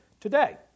today